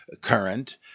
current